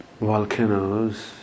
volcanoes